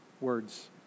words